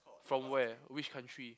from where which country